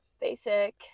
Basic